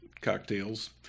cocktails